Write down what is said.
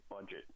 budget